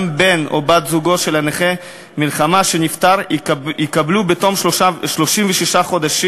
גם בן או בת זוגו של נכה מלחמה שנפטר יקבלו בתום 36 חודשים,